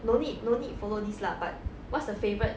no need no need follow this lah but what's the favourite